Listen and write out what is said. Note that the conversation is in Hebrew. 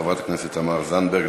חברת הכנסת תמר זנדברג.